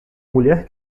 mulher